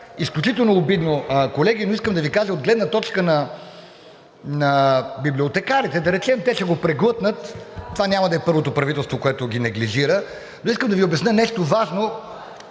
изключително обидно, колеги. Искам да Ви кажа от гледна точка на библиотекарите, да речем, те ще го преглътнат. Това няма да е първото правителство, което ги неглижира, но искам да Ви обясня нещо важно